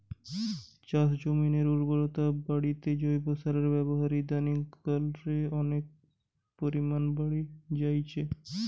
চাষজমিনের উর্বরতা বাড়িতে জৈব সারের ব্যাবহার ইদানিং কাল রে অনেক পরিমাণে বাড়ি জাইচে